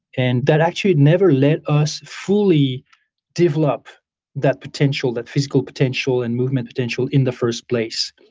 and that actually never let us fully develop that potential, that physical potential and movement potential in the first place.